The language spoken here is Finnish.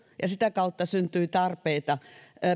ja sitä kautta syntyi tarpeita